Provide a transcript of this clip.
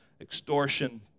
extortion